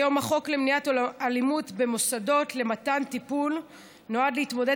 היום החוק למניעת אלימות במוסדות למתן טיפול נועד להתמודד